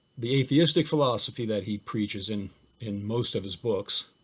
the atheistic philosophy that he preaches in in most of his books,